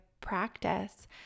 practice